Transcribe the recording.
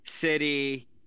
City